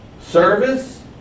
service